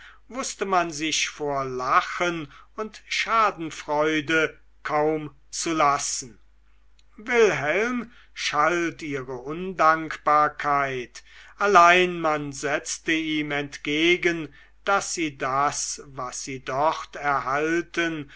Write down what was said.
wußte man sich vor lachen und schadenfreude kaum zu lassen wilhelm schalt ihre undankbarkeit allein man setzte ihm entgegen daß sie das was sie dort erhalten